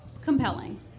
compelling